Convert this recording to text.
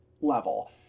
level